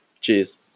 Cheers